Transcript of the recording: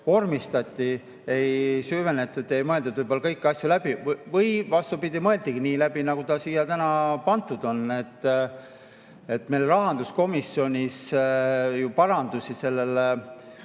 vormistati, ei süvenetud ega mõeldud võib‑olla kõiki asju läbi. Või oli vastupidi, mõeldigi nii läbi, nagu siia nüüd pandud on. Meil rahanduskomisjonis ju parandusi sellele